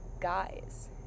guys